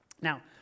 Now